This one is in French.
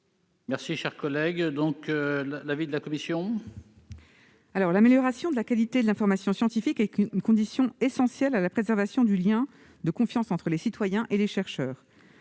Quel est l'avis de la commission ? L'amélioration de la qualité de l'information scientifique est une condition essentielle à la préservation du lien de confiance entre les citoyens et les chercheurs.